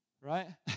right